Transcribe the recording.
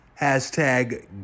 hashtag